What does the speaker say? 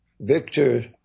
Victor